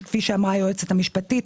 שכפי שאמרה היועצת המשפטית,